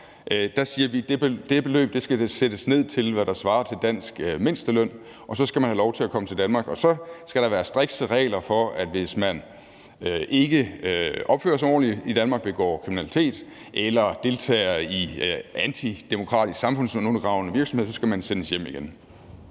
det fag, de kommer fra, skal sættes ned til, hvad der svarer til dansk mindsteløn; så skal man have lov til at komme til Danmark. Og så skal der være strikse regler for, at hvis man ikke opfører sig ordentligt i Danmark, at hvis man begår kriminalitet eller deltager i antidemokratisk, samfundsundergravende virksomhed, så skal man sendes hjem igen.